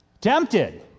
tempted